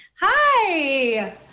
Hi